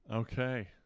Okay